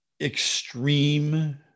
extreme